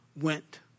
went